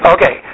Okay